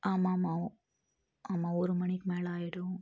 ஆமாமாம் ஆமாம் ஒரு மணிக்கு மேலே ஆகிடும்